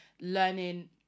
learning